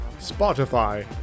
spotify